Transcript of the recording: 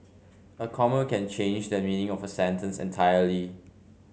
a comma can change the meaning of a sentence entirely